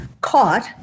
Caught